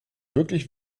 wirklich